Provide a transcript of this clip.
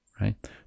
right